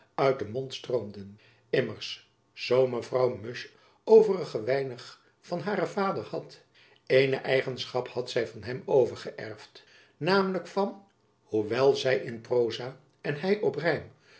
uit den mond stroomden immers zoo mevrouw musch voor t overige weinig van haren vader had eene eigenschap had zy van hem overgeërfd namelijk van hoewel zy in proza en hy op rijm